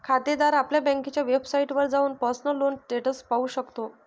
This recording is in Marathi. खातेदार आपल्या बँकेच्या वेबसाइटवर जाऊन पर्सनल लोन स्टेटस पाहू शकतो